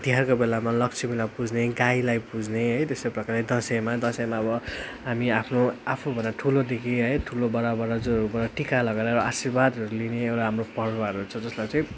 तिहारको बेलामा लक्ष्मीलाई पुज्ने गाईलाई पुज्ने है त्यस्तै प्रकारले दसैँँ दसैँमा अब हामी आफ्नो आफूभन्दा ठुलोदेखि है ठुलो बडा बराजुहरूूबाट टिका लगाएर एउटा आशीर्वादहरू लिने एउटा हाम्रो पर्वहरू छ जसलाई चाहिँ